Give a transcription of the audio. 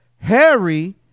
Harry